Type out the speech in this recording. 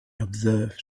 observed